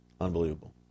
unbelievable